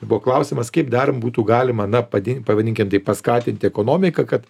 buvo klausimas kaip dar būtų galima na padidint pavadinkim taip paskatinti ekonomiką kad